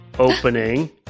opening